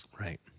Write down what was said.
Right